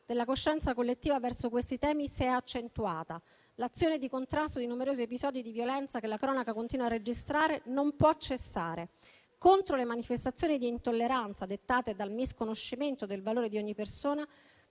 della coscienza collettiva verso questi temi si è accentuata. L'azione di contrasto di numerosi episodi di violenza che la cronaca continua a registrare non può cessare. Contro le manifestazioni di intolleranza dettate dal misconoscimento del valore di ogni persona